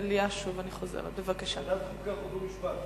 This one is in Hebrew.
חוק ומשפט.